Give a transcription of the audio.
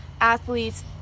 athletes